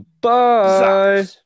Bye